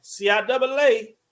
CIAA